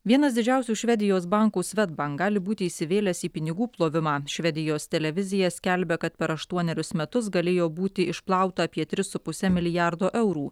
vienas didžiausių švedijos bankų svedbank gali būti įsivėlęs į pinigų plovimą švedijos televizija skelbia kad per aštuonerius metus galėjo būti išplauta apie tris su puse milijardo eurų